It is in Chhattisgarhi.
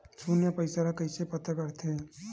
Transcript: शून्य पईसा ला कइसे पता करथे?